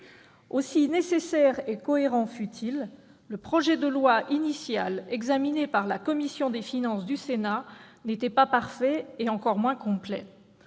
Si nécessaire et cohérent fût-il, le projet de loi initial examiné par la commission des finances du Sénat n'était pas parfait, et encore moins complet.